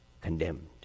condemned